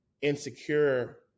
insecure